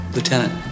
Lieutenant